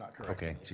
Okay